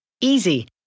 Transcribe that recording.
Easy